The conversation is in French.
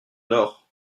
nord